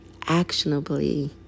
actionably